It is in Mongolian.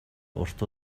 урт